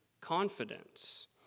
confidence